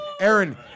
Aaron